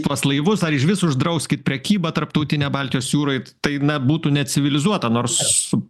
tuos laivus ar išvis uždrauskit prekybą tarptautinę baltijos jūroj tai na būtų necivilizuota nors